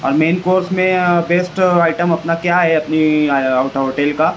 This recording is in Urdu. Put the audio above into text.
اور مین کورس میں بیسٹ ایٹم اپنا کیا ہے اپنی ہوٹل کا